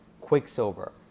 Quicksilver